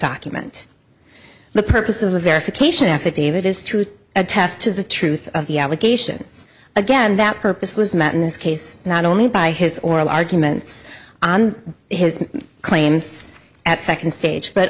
document the purpose of a verification affidavit is to attest to the truth of the allegations again that purpose was met in this case not only by his oral arguments on his claims at second stage but